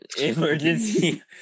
Emergency